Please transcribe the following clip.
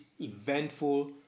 eventful